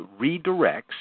redirects